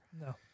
No